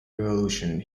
revolution